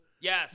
Yes